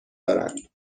دارند